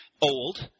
old